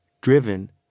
driven